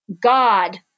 God